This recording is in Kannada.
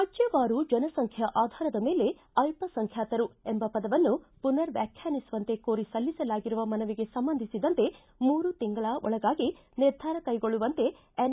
ರಾಜ್ಯವಾರು ಜನಸಂಖ್ಯೆಯ ಆಧಾರದ ಮೇಲೆ ಅಲ್ಪಸಂಖ್ಯಾತರು ಎಂಬ ಪದವನ್ನು ಪುನರ್ ವ್ಯಾಖ್ಯಾನಿಸುವಂತೆ ಕೋರಿ ಸಲ್ಲಿಸಲಾಗಿರುವ ಮನವಿಗೆ ಸಂಬಂಧಿಸಿದಂತೆ ಮೂರು ತಿಂಗಳ ಒಳಗಾಗಿ ನಿರ್ಧಾರ ಕೈಗೊಳ್ಳುವಂತೆ ಎನ್